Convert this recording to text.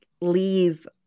leave